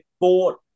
bought